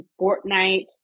Fortnite